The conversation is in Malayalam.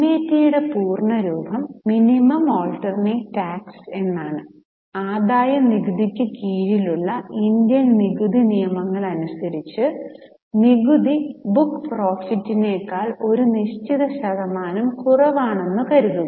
MAT ന്റെ പൂർണ്ണരൂപം മിനിമം ആൾട്ടർനേറ്റ് റ്റാക്സ് എന്നാണ് ആദായനികുതിക്ക് കീഴിലുള്ള ഇന്ത്യൻ നികുതി നിയമങ്ങൾ അനുസരിച്ച് നികുതി ബുക്ക് പ്രോഫിറ്റ്ക്കാൾ ഒരു നിശ്ചിത ശതമാനം കുറവാണെന്ന് കരുതുക